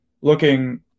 looking